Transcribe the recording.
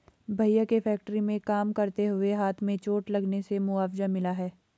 भैया के फैक्ट्री में काम करते हुए हाथ में चोट लगने से मुआवजा मिला हैं